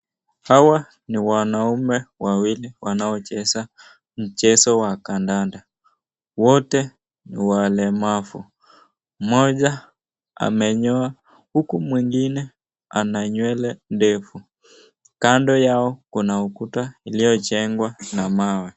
Hawa ni wanaume wawili wanaocheza mchezo wa kandanda, wote ni walemavu, mmoja amenyoa huku mwingine ana nywele ndefu, kando yao kuna ukuta iliyojengwa na mawe.